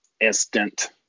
instant